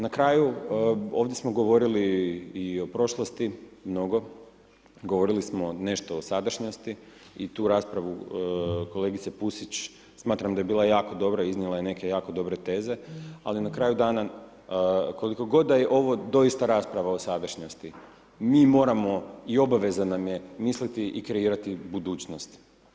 Na kraju, ovdje smo govorili i o prošlosti, mnogo, govorili smo nešto o sadašnjosti, i tu raspravu kolegice Pusić, smatram da je bila jako dobra, iznijela je neke jako dobre teze, ali na kraju dana, koliko god da je ovo doista rasprava o sadašnjosti, mi moramo i obaveza nam je misliti i kreirati budućnost.